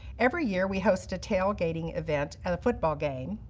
every year we host a tailgating event at a football game,